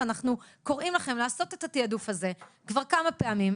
ואנחנו קוראים לכם לעשות את התעדוף הזה כבר כמה פעמים.